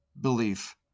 belief